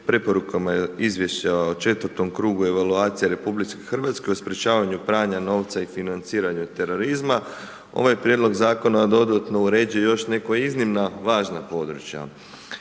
preporukama izvješća o četvrtom krugu evaluacija RH, sprječavanju pranja novca i financiranju terorizma, ovaj prijedlog zakona dodatno uređuje još neka iznimno važna područja.